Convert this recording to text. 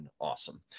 awesome